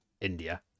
India